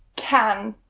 can,